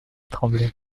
tremblay